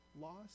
loss